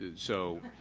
and so,